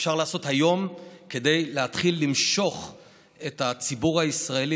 שאפשר לעשות היום כדי להתחיל למשוך את הציבור הישראלי